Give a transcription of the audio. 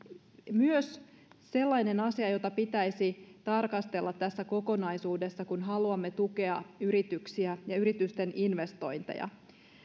myös sellainen asia jota pitäisi tarkastella tässä kokonaisuudessa kun haluamme tukea yrityksiä ja yritysten investointeja